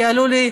יעלה לי,